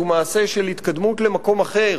הוא מעשה של התקדמות למקום אחר,